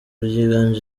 ryiganje